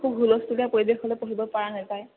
খুব হুলস্থুলীয়া পৰিৱেশ হ'লে পঢ়িব পৰা নেযায়